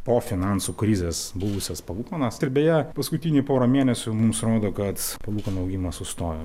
po finansų krizės buvusias palūkanas ir beje paskutinį porą mėnesių mums rodo kad palūkanų augimas sustojo